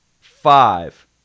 five